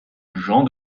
jean